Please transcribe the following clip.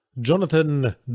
Jonathan